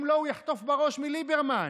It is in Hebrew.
אם לא, הוא יחטוף בראש מליברמן,